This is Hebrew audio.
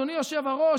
אדוני היושב-ראש,